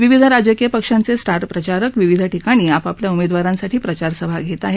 विविध राजकीय पक्षांचे स्टार प्रचारक विविध ठिकाणी आपापल्या उमदेवारांसाठी प्रचारसभा घेत आहेत